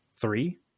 Three